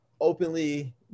openly